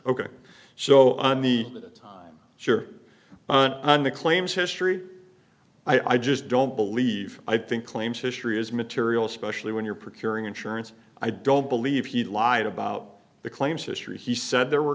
ok so i need that i'm sure i'm the claims history i just don't believe i think claims history is material especially when you're procuring insurance i don't believe he lied about the claims history he said there were